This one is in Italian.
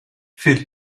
phil